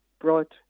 brought